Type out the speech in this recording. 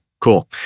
Cool